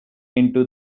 into